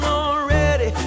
already